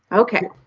ok.